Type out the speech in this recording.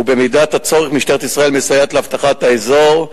ובמידת הצורך משטרת ישראל מסייעת באבטחת האזור.